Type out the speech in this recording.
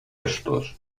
estos